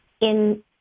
in-